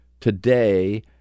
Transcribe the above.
today